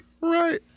Right